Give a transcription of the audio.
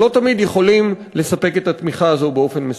שלא תמיד יכולים לספק את התמיכה הזאת באופן מספק.